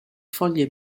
foglie